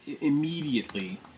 immediately